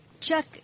Chuck